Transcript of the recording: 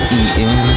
eating